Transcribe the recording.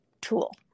tool